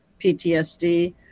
PTSD